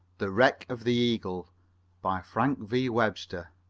the wreck of the eagle by frank v. webster